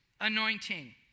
anointing